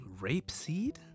rapeseed